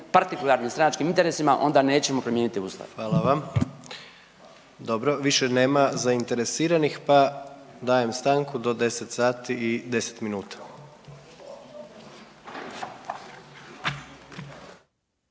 partikularnim stranačkim interesima onda nećemo promijeniti ustav. **Jandroković, Gordan (HDZ)** Hvala vam. Dobro, više nema zainteresiranih, pa dajem stanku do 10 sati i 10 minuta.